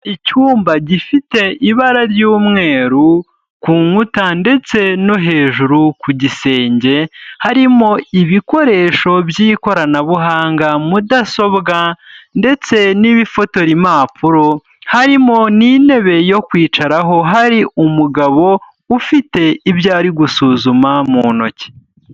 Icyumba gifite ibara ry'umweru ku nkuta ndetse no hejuru ku gisenge harimo ibikoresho by'ikoranabuhanga, mudasobwa ndetse n'ibifotora impapuro, harimo n'intebe yo kwicaraho, hari umugabo ufite ibyo ari gusuzuma mu ntoki.